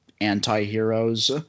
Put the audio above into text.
anti-heroes